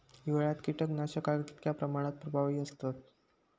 हिवाळ्यात कीटकनाशका कीतक्या प्रमाणात प्रभावी असतत?